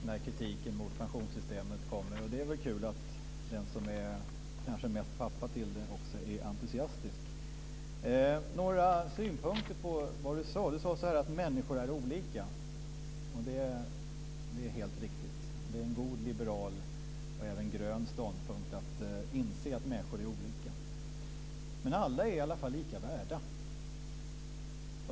Herr talman! Bo Könberg är den siste entusiasten när kritiken mot pensionssystemet kommer. Det är väl kul att den som kanske är mest pappa till det också är entusiastisk. Jag har några synpunkter på det Bo Könberg sade. Han sade att människor är olika. Det är helt riktigt. Det är en god liberal och även grön ståndpunkt att inse att människor är olika. Men alla har i alla fall samma värde.